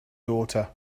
daughter